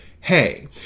hey